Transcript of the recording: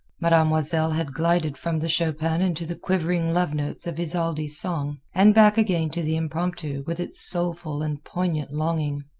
mademoiselle had glided from the chopin into the quivering love notes of isolde's song, and back again to the impromptu with its soulful and poignant longing.